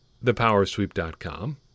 thepowersweep.com